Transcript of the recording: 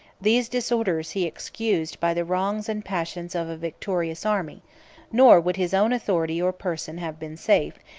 these disorders he excused by the wrongs and passions of a victorious army nor would his own authority or person have been safe,